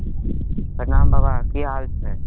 प्रणाम बाबा की हाल छै